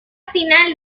final